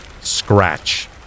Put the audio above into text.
Scratch